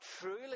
truly